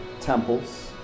temples